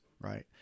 right